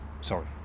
Sorry